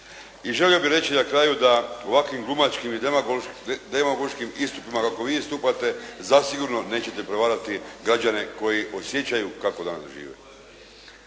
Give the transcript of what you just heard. I želio bih reći na kraju da ovakvim glumačkim i demagoškim istupima kako vi istupate zasigurno nećete prevariti građane koji osjećaju kako danas žive.